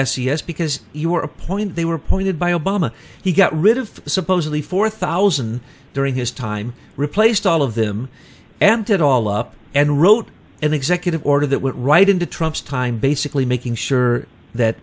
s e s because you are a point they were appointed by obama he got rid of supposedly four thousand during his time replaced all of them and it all up and wrote an executive order that went right into trump's time basically making sure that